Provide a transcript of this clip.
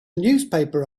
newspaper